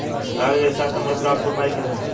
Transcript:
लागत के हिसाब से मूल्य प्राप्त हो पायी की ना?